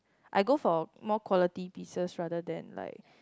I go for more quality pieces rather than like